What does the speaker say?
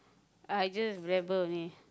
I just rabble only